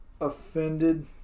offended